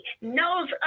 knows